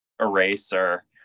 eraser